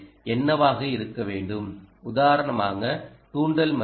என்னவாக இருக்க வேண்டும் உதாரணமாக தூண்டல் மதிப்பு